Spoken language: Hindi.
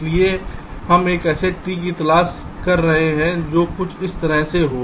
इसलिए हम एक ऐसे ट्री की तलाश कर रहे हैं जो कुछ इस तरह से हो